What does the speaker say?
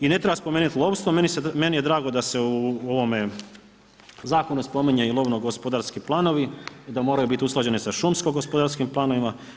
I ne treba spomenuti lovstvo, meni je drago da se u ovome zakonu spominje i lovnogospodarski planovi, da moraju biti usklađeni sa šumskogospodarskim planovima.